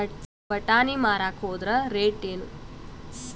ಬಟಾನಿ ಮಾರಾಕ್ ಹೋದರ ರೇಟೇನು?